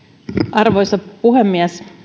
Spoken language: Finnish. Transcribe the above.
arvoisa puhemies